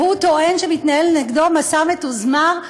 הוא טוען שמתנהל נגדו מסע מתוזמר.